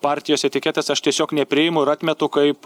partijos etiketės aš tiesiog nepriimu ir atmetu kaip